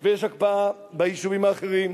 ויש הקפאה ביישובים האחרים.